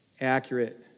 accurate